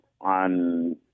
on